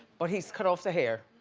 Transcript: but he's cut off the hair.